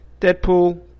Deadpool